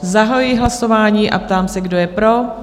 Zahajuji hlasování a ptám se, kdo je pro?